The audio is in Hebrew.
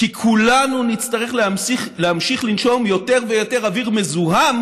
כי כולנו נצטרך להמשיך לנשום יותר ויותר אוויר מזוהם